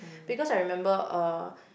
because I remember uh